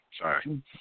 Sorry